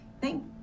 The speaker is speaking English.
Thank